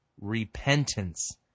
repentance